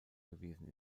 gewesen